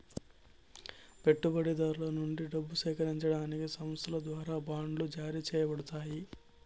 పెట్టుబడిదారుల నుండి డబ్బు సేకరించడానికి సంస్థల ద్వారా బాండ్లు జారీ చేయబడతాయి